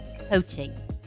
coaching